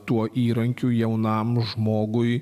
tuo įrankiu jaunam žmogui